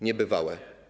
Niebywałe.